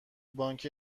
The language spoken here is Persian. بانک